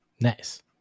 Nice